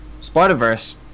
Spider-Verse